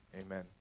Amen